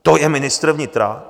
To je ministr vnitra?